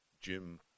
Jim